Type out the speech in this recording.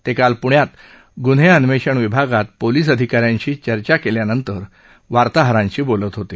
ते काल पृण्यात गुन्हे अन्वेषण विभागात पोलीस अधिकाऱ्यांशी चर्चा केल्यानंतर वार्ताहरांशी बोलत होते